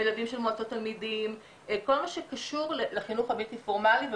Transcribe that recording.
מועצות תלמידים, כל מה שקשור לחינוך הבלתי פורמלי.